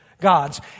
gods